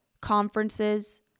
conferences